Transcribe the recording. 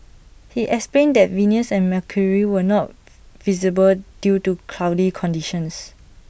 he explained that Venus and mercury were not visible due to cloudy conditions